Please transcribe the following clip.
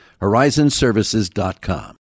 Horizonservices.com